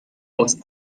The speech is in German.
aus